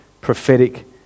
prophetic